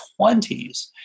20s